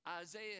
Isaiah